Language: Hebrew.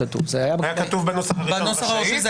זה היה כתוב בנוסח הראשון.